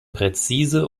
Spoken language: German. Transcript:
präzise